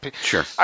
Sure